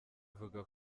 ivuga